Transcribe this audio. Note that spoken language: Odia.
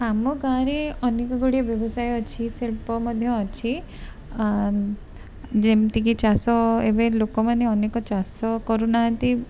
ଆମ ଗାଁ'ରେ ଅନେକଗୁଡ଼ିଏ ବ୍ୟବସାୟ ଅଛି ଶିଳ୍ପ ମଧ୍ୟ ଅଛି ଯେମିତିକି ଚାଷ ଏବେ ଲୋକମାନେ ଅନେକ ଚାଷ କରୁନାହାନ୍ତି